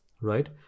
right